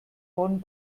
bonn